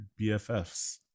BFFs